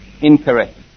incorrect